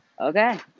Okay